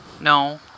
No